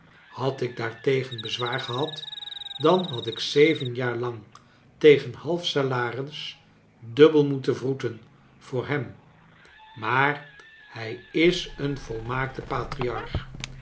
had ik daartegen bezwaar gehad dan had ik zeven jaar lang tegen half salaris dubbel moeten wroeten voor hem maar hij is een volmaakte patriarch